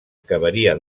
acabaria